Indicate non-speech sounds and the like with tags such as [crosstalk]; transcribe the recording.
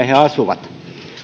[unintelligible] he asuvat